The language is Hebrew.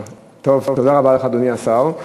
טוב, תודה רבה לך, אדוני השר.